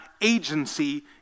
agency